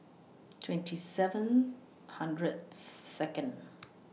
twenty seven hundred Second